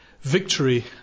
Victory